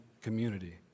community